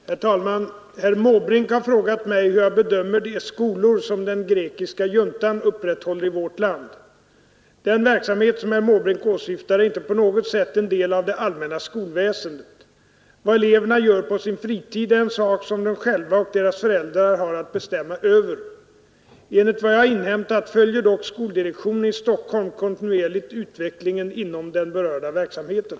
Herr talman! Herr Måbrink har frågat mig hur jag bedömer de skolor som den grekiska juntan upprätthåller i vårt land. Den verksamhet som herr Måbrink åsyftar är inte på något sätt en del av det allmänna skolväsendet. Vad eleverna gör på sin fritid är en sak som de själva och deras föräldrar har att bestämma över. Enligt vad jag inhämtat följer dock skoldirektionen i Stockholm kontinuerligt utvecklingen inom den berörda verksamheten